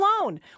alone